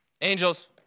angels